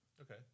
okay